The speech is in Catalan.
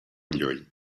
llull